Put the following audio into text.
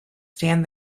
stand